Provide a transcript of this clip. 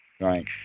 right